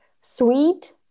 sweet